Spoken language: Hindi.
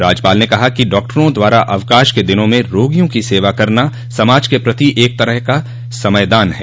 राज्यपाल ने कहा कि डॉक्टरों द्वारा अवकाश के दिनों में रोगियों की सेवा करना समाज के प्रति एक तरह का समयदान है